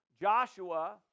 Joshua